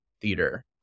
theater